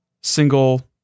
single